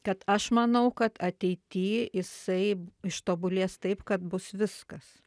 kad aš manau kad ateity jisai ištobulės taip kad bus viskas